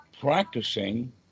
practicing